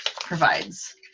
provides